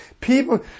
people